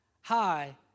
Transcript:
hi